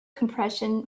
compression